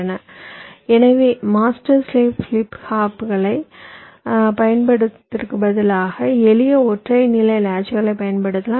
லாட்ச்களைப் எனவே master slave flip ஃப்ளாப்புகளைப் பயன்படுத்துவதற்குப் பதிலாக எளிய ஒற்றை நிலை லாட்ச்களைப் பயன்படுத்தலாம்